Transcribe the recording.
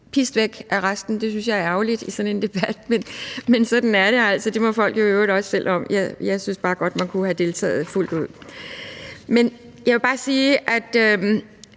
pist væk er resten. Det synes jeg er ærgerligt i sådan en debat, men sådan er det altså, det må folk jo i øvrigt også selv om. Jeg synes bare godt, man kunne have deltaget fuldt ud. Jeg må bare sige, at